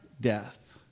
death